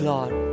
Lord